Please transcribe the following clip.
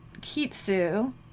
kitsu